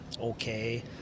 okay